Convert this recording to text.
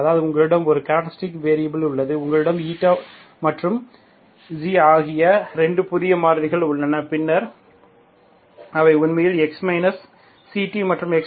அதாவது உங்களிடம் ஒரு கேரக்டரிஸ்டிக் வேரியபில் உள்ளது உங்களிடம் η மற்றும் ξ ஆகிய 2 புதிய மாறிகள் உள்ளன பின்னர் அவை உண்மையில் x ct மற்றும் xct